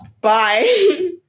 Bye